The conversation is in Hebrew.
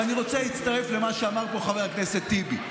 אני רוצה להצטרף למה שאמר פה חבר הכנסת טיבי: